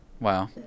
Wow